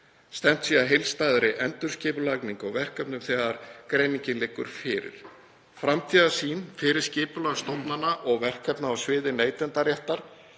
Stefnt sé að heildstæðri endurskipulagningu á verkefnum þegar greiningin liggur fyrir. Framtíðarsýn fyrir skipulag stofnana og verkefna á sviði neytendaréttar